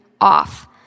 off